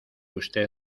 usted